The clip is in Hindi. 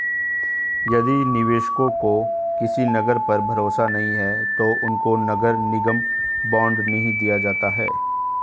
यदि निवेशकों को किसी नगर पर भरोसा नहीं है तो उनको नगर निगम बॉन्ड नहीं दिया जाता है